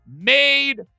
made